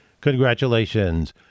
congratulations